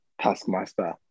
taskmaster